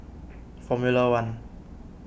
formula one